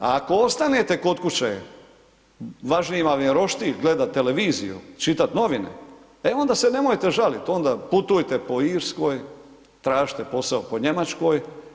A ako ostanete kod kuće, važniji vam je roštilj, gledat televiziju, čitat novine e onda se nemojte žalit, onda putujte po Irskoj, tražite posao po Njemačkoj.